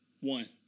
One